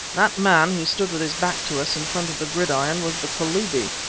that man who stood with his back to us in front of the gridiron was the kalubi.